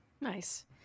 Nice